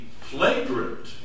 flagrant